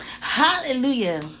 hallelujah